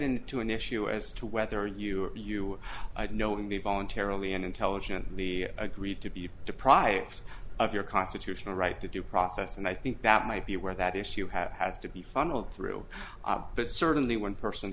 an issue as to whether you or you knowingly voluntarily and intelligently agreed to be deprived of your constitutional right to due process and i think that might be aware that issue you have has to be funneled through but certainly one person